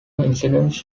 incident